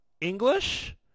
English